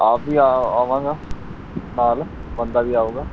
ਆਪ ਵੀ ਆ ਆਵਾਂਗਾ ਨਾਲ ਬੰਦਾ ਵੀ ਆਊਗਾ